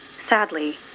Sadly